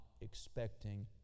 expecting